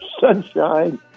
sunshine